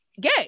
gay